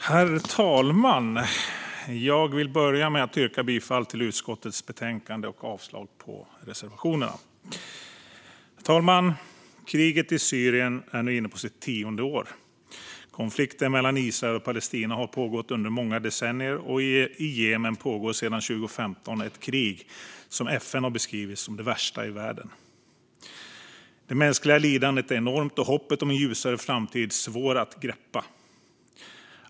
Herr talman! Jag vill börja med att yrka bifall till förslaget i utskottets betänkande och avslag på reservationerna. Herr talman! Kriget i Syrien är nu inne på sitt tionde år. Konflikten mellan Israel och Palestina har pågått under många decennier. Och i Jemen pågår sedan 2015 ett krig som FN har beskrivit som det värsta i världen. Det mänskliga lidandet är enormt och hoppet om en ljusare framtid svårt att greppa.